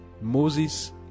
Moses